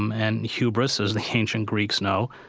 um and hubris, as the ancient greeks know,